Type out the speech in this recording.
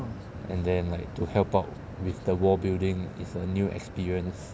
and then like to help out with the wall building is a new experience